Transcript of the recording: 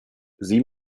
sieh